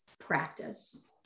practice